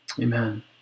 Amen